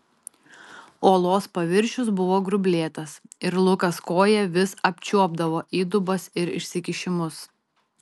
uolos paviršius buvo gruoblėtas ir lukas koja vis apčiuopdavo įdubas ir išsikišimus